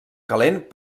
calent